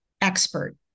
expert